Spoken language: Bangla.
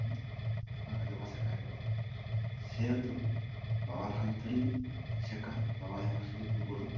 হুম আঁকাজোকা শেখায় বাবা সেহেতু বাবার হাত ধরেই শেখা বাবাই আমার শিল্পগুরু